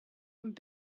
und